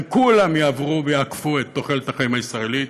הם כולם יעברו ויעקפו את תוחלת החיים הישראלית.